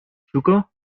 sugar